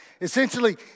Essentially